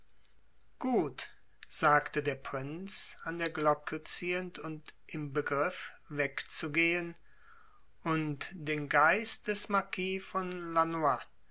gut sagte der prinz an der glocke ziehend und im begriff wegzugehen und den geist des marquis von